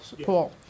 Paul